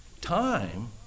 time